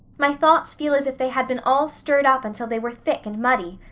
my thoughts feel as if they had been all stirred up until they were thick and muddy.